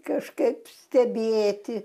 kažkaip stebėti